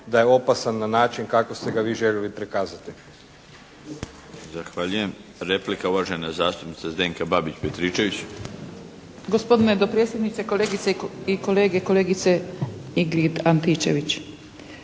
da je opasan na način kako ste ga vi željeli prikazati.